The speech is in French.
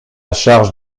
charge